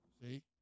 See